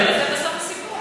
בסדר, זה בסוף הסיפור.